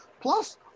plus